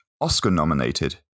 Oscar-nominated